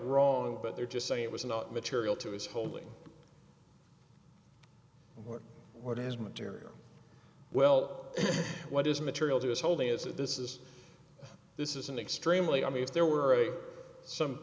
wrong but they're just saying it was not material to his holding or what is material well what is material to his holding is that this is this is an extremely i mean if there were some